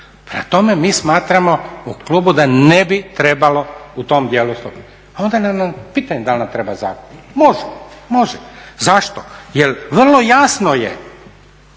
Prema tome, mi smatramo u klubu da ne bi trebalo u tom dijelu … onda nam je pitanje da li nam treba zakon. Može, može. Zašto? Jel vrlo jasno je